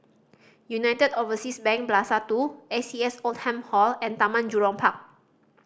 United Overseas Bank Plaza Two A C S Oldham Hall and Taman Jurong Park